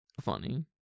funny